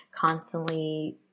constantly